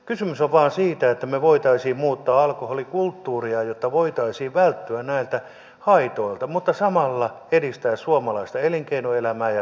kysymys on vain siitä että me voisimme muuttaa alkoholikulttuuria jotta voitaisiin välttyä näiltä haitoilta mutta samalla edistää suomalaista elinkeinoelämää ja työllisyyttä